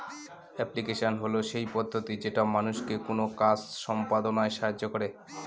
application হল সেই পদ্ধতি যেটা মানুষকে কোনো কাজ সম্পদনায় সাহায্য করে